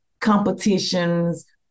competitions